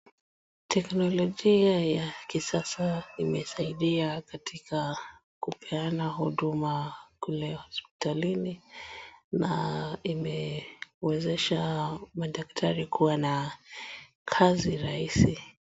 Teknolojia ya kisasa imesaidia katika kupeana huduma kule hospitalini na imewezesha madaktari kuwa na kazi rahisi.